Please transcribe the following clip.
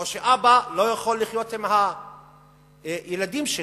או שאבא לא יכול לחיות עם הילדים שלו,